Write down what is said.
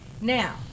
Now